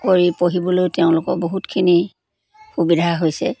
কৰি পঢ়িবলৈও তেওঁলোকৰ বহুতখিনি সুবিধা হৈছে